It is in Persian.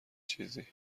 چیزی